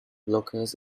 blockers